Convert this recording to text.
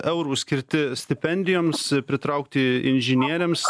eurų skirti stipendijoms pritraukti inžinieriams